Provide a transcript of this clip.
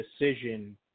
decision